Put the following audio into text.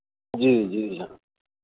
जी जी हाँ